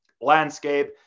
landscape